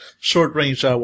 Short-range